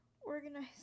organize